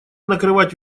накрывать